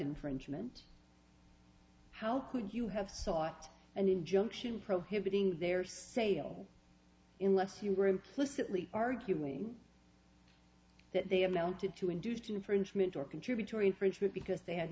infringement how could you have sought an injunction prohibiting their sale in less you were implicitly arguing that they amounted to induced infringement or contributory infringement because they had